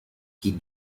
die